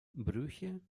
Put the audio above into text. brüche